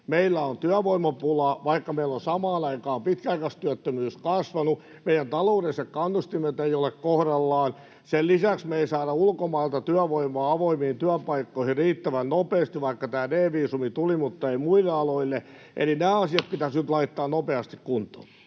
Meillä on työvoimapula, vaikka meillä on samaan aikaan pitkäaikaistyöttömyys kasvanut. Meidän ta-loudessa kannustimet eivät ole kohdallaan. Sen lisäksi me ei saada ulkomailta työvoimaa avoimiin työpaikkoihin riittävän nopeasti, vaikka tämä D-viisumi tuli, mutta ei muille aloille. Eli nämä asiat pitäisi nyt laittaa nopeasti kuntoon.